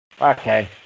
Okay